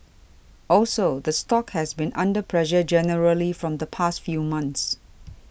also the stock has been under pressure generally from the past few months